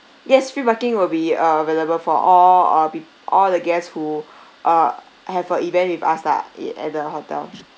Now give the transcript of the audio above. yes free parking will be uh available for all uh b~ all the guests who uh have a event with us lah it at the hotel